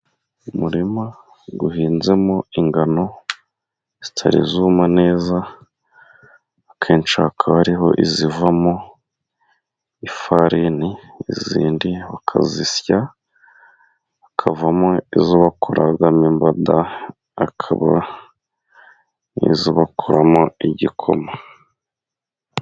Umurima uhinzemo ingano zitari zuma neza. Akenshi hakaba hariho izivamo ifarini, izindi bakazisya hakavamo izo bakoramo imbanda, hakaba n'izo bakoramo igikoma.